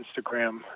instagram